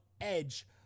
Edge